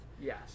Yes